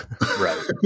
right